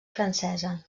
francesa